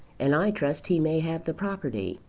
and i trust he may have the property.